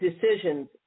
decisions